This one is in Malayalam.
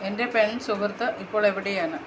എന്റെ പെൺ സുഹൃത്ത് ഇപ്പോളെവിടെയാണ്